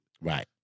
Right